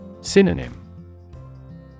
Synonym